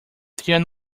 they